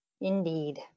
Indeed